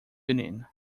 union